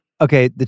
Okay